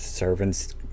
servants